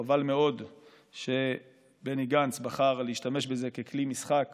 חבל מאוד שבני גנץ בחר להשתמש בזה ככלי משחק